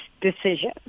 decision